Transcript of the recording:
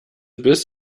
biss